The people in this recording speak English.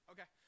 Okay